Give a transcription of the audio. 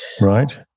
right